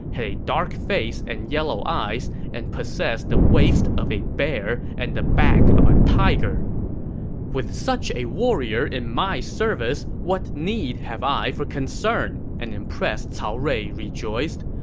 had a dark face and yellow eyes, and possessed the waist of a bear and the back of a tiger with such a warrior in my service, what need have i for concern! an impressed cao rui rejoiced.